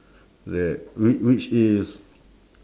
that wh~ which is